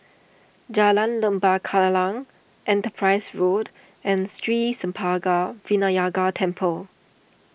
Jalan Lembah Kallang Enterprise Road and Sri Senpaga Vinayagar Temple